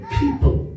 people